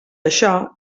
això